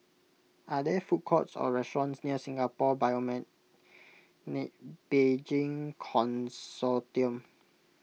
are there food courts or restaurants near Singapore Bioimaging Consortium